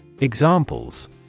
Examples